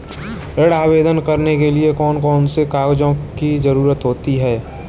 ऋण आवेदन करने के लिए कौन कौन से कागजों की जरूरत होती है?